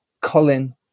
Colin